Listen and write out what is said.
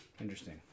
interesting